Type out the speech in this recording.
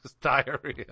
Diarrhea